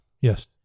Yes